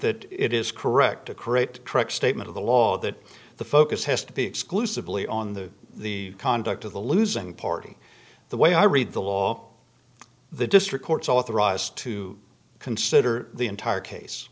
that it is correct to create truck statement of the law that the focus has to be exclusively on the the conduct of the losing party the way i read the law the district courts authorize to consider the entire case